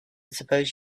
suppose